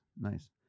nice